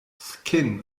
skin